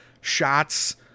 shots